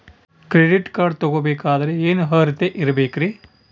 Credit card ತೊಗೋ ಬೇಕಾದರೆ ಏನು ಅರ್ಹತೆ ಇರಬೇಕ್ರಿ?